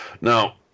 Now